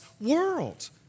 world